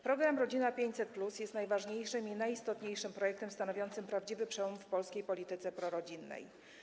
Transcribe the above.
Program „Rodzina 500+” jest najważniejszym i najistotniejszym projektem stanowiącym prawdziwy przełom w polskiej polityce prorodzinnej.